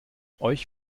euch